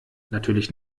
natürlich